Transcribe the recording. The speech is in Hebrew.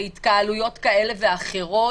להתקהלויות כאלה ואחרות,